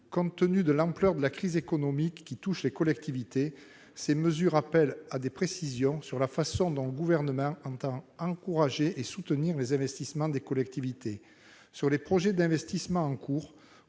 compte tenu de l'ampleur de la crise économique qui touche les collectivités, ces mesures appellent des précisions sur la façon dont le Gouvernement entend encourager et soutenir les investissements des collectivités. Pour ce qui concerne les projets d'investissements en cours,